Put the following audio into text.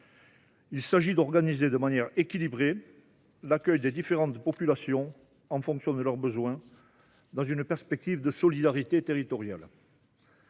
Il s’agit d’organiser de manière équilibrée l’accueil des différentes populations, en fonction de leurs besoins, dans une perspective de solidarité territoriale.